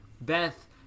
Beth